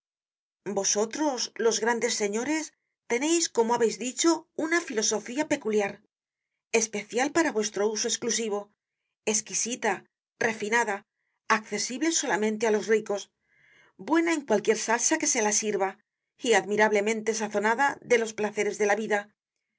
vosotros los grandes señores teneis como habeis dicho una filosofía peculiar especial para vuestro uso esclusivo esquisita refinada accesible solamente á los ricos buena en cualquier salsa que se la sirva y admirablemente sazonada de los placeres de la vida